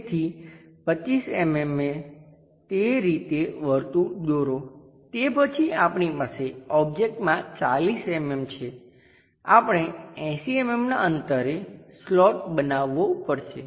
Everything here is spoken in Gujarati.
તેથી 25 mm એ તે રીતે વર્તુળ દોરો તે પછી આપણી પાસે ઓબ્જેક્ટમાં 40 mm છે આપણે 80 mm નાં અંતરે સ્લોટ બનાવવો પડશે